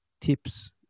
tips